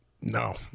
No